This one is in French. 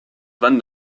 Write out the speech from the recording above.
van